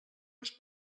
els